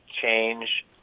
change